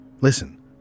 Listen